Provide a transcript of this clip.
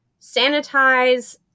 sanitize